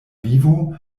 vivo